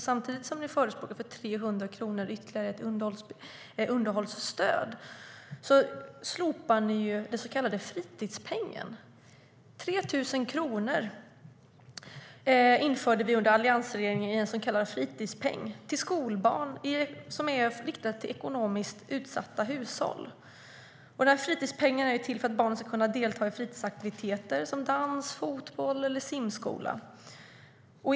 Samtidigt som ni förespråkar 300 kronor ytterligare i underhållsstöd slopar ni nämligen den så kallade fritidspengen, som alliansregeringen införde och som uppgår till 3 000 kronor. Fritidspengen är riktad till skolbarn i ekonomiskt utsatta hushåll och är till för att barnen ska kunna delta i fritidsaktiviteter, som dans, fotboll eller simskola.